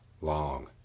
long